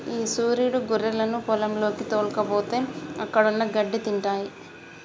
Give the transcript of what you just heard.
ఈ సురీడు గొర్రెలను పొలంలోకి తోల్కపోతే అక్కడున్న గడ్డి తింటాయి